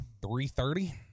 330